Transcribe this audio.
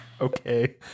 Okay